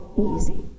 easy